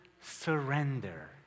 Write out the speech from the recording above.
surrender